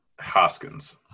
Hoskins